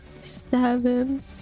Seven